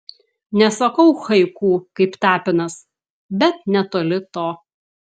nesakau haiku kaip tapinas bet netoli to